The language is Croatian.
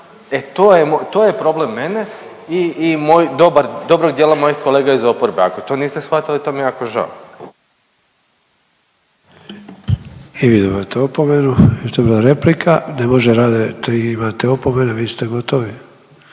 to je problem mene i, i moj dobar, dobrog dijela mojih kolega iz oporbe. Ako to niste shvatili, to mi je jako žao. **Sanader, Ante (HDZ)** I vi dobivate opomenu jer je to bila replika. Ne može Rade, tri imate opomene, vi ste gotovi.